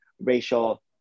racial